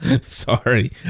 sorry